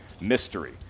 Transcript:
mystery